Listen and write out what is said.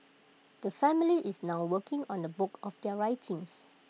the family is now working on A book of their writings